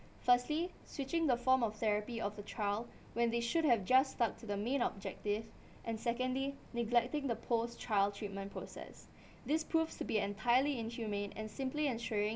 firstly switching the form of therapy of the trial when they should have just start to the main objective and secondly neglecting the post trial treatment process this proves to be entirely inhumane and simply ensuring